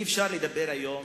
אי-אפשר לדבר היום